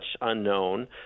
unknown